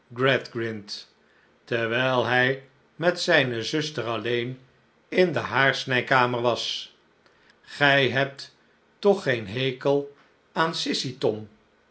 terwijl hij met zijne zuster alleen in de haarsnijkamer was gij hebt toch geen hekel aan sissy tom